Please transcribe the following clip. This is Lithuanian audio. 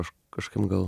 aš kažkaip gal